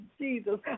Jesus